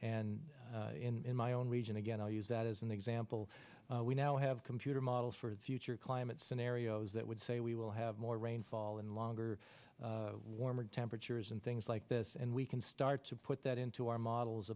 and in my own region again i'll use that as an example we now have computer models for the future climate scenarios that would say we will have more rainfall and longer warm temperatures and things like this and we can start to put that into our models